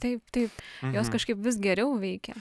taip taip jos kažkaip vis geriau veikia